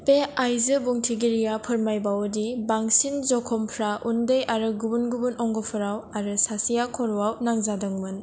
बे आइजो बुंथिगिरिया फोरमायबावो दि बांसिन जखमफोरा उदै आरो गुबुन गुबुन अंग'फोराव आरो सासेआ खर'आव नांजादोंमोन